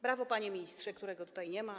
Brawo, panie ministrze, którego tutaj nie ma.